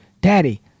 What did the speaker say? daddy